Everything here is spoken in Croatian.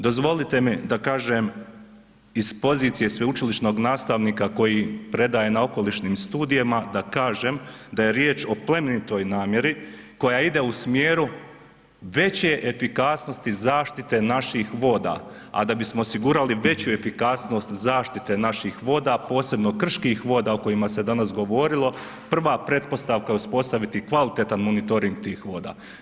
Dozvolite mi da kažem iz pozicije sveučilišnog nastavnika koji predaje na okolišnim studijima, da kažem da je riječ o plemenitoj namjeri koja ide u smjeru veće efikasnosti zaštite naših voda, a da bismo osigurali veću efikasnost zaštite naših voda, posebno krških voda o kojima se danas govorilo, prva pretpostavka je uspostaviti kvalitetan monitoring tih voda.